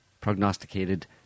prognosticated